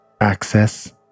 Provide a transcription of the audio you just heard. Access